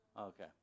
okay